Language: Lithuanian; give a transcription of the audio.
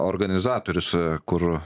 organizatorius kur